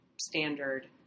standard